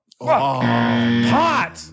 Pot